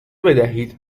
بدهید